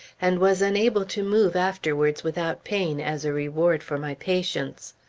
and was unable to move afterwards without pain, as a reward for my patience.